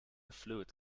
fluid